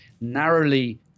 narrowly